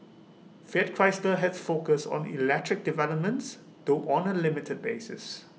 fiat Chrysler has focused on electric developments though on A limited basis